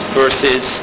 versus